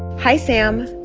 hi, sam.